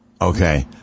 Okay